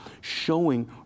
showing